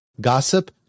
Gossip